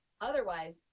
Otherwise